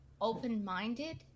open-minded